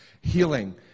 healing